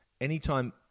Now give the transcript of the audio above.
anytime